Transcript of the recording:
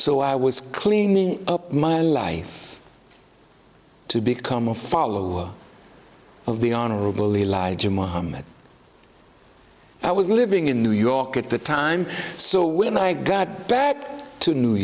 so i was cleaning up my life to become a follower of the honorable elijah muhammad i was living in new york at the time so when i got back to new